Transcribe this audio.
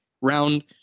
round